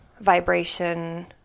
vibration